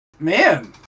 Man